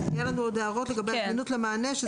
יהיו לנו עוד הערות לגבי הזמינות למענה.